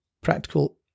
practical